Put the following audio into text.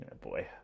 boy